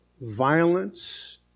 violence